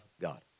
God